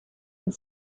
and